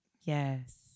Yes